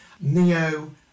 Neo